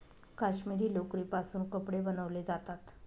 काश्मिरी लोकरीपासून कपडे बनवले जातात